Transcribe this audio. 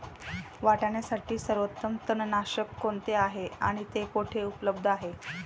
वाटाण्यासाठी सर्वोत्तम तणनाशक कोणते आहे आणि ते कुठे उपलब्ध आहे?